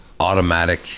Automatic